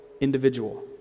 individual